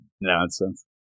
nonsense